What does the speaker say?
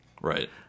Right